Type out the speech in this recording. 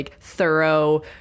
thorough